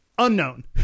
unknown